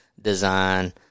design